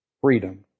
Freedom